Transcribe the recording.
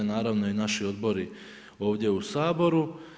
Naravno i naši odbori ovdje u Saboru.